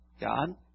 God